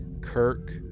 Kirk